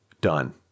Done